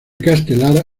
castelar